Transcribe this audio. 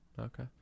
Okay